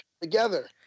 together